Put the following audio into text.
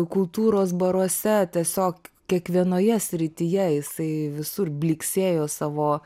kultūros baruose tiesiog kiekvienoje srityje jisai visur blyksėjo savo